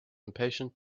impatient